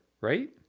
right